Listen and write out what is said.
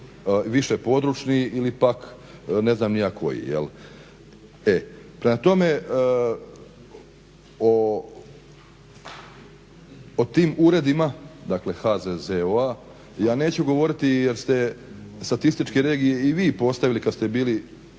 višepodručni ili pak ne znam ni ja koji. Prema tome, o tim uredima dakle HZZO-a ja neću govoriti jer ste statističke regije i vi postavili kada ste bili